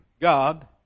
God